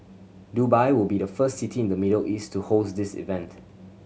Dubai will be the first city in the Middle East to host this event